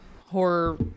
horror